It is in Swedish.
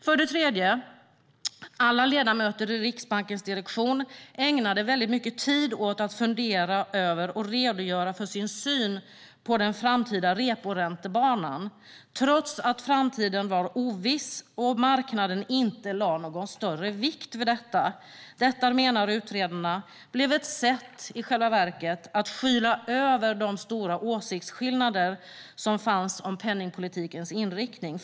För det tredje: Alla ledamöter i Riksbankens direktion ägnade mycket tid åt att fundera över och redogöra för sin syn på den framtida reporäntebanan, trots att framtiden var oviss och marknaden inte lade någon större vikt vid den. Detta, menar utredarna, blev ett sätt att i själva verket skyla över de stora åsiktsskillnaderna om penningpolitikens inriktning.